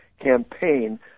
campaign